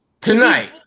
Tonight